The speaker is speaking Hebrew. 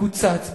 מקוצץ,